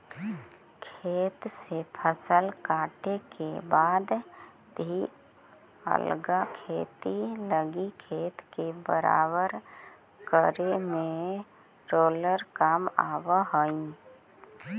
खेत से फसल काटे के बाद भी अगला खेती लगी खेत के बराबर करे में रोलर काम आवऽ हई